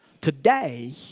today